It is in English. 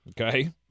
Okay